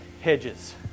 hedges